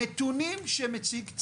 הנתונים שמציג צה"ל,